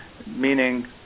Meaning